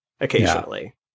occasionally